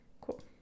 Cool